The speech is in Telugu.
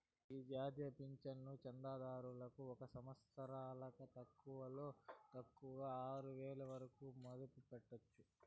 ఈ జాతీయ పింఛను చందాదారులు ఒక సంవత్సరంల తక్కువలో తక్కువ ఆరువేల వరకు మదుపు పెట్టొచ్చు